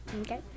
okay